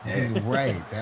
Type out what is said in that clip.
Right